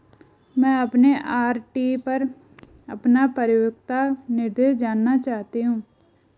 मैं अपने आर.डी पर अपना परिपक्वता निर्देश जानना चाहती हूँ